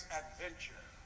adventure